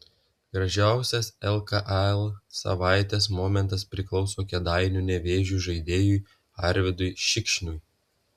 gražiausias lkl savaitės momentas priklauso kėdainių nevėžio žaidėjui arvydui šikšniui